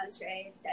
right